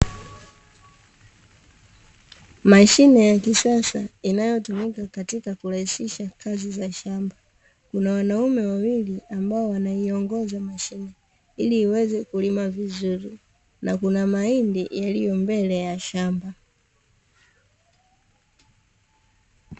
Mashine ya kisasa inayotumika katika kurahisisha kazi za shamba, kuna wanaume wawili wanaiongoza mashine ili iweze kulima vizuri, na kuna mahindi yaliyo mbele ya shamba.